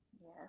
yes